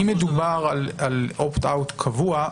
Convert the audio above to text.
אם מדובר על opt out קבוע,